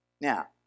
Now